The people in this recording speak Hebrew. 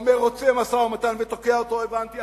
אומר, רוצה משא-ומתן, ותוקע אותו, הבנתי.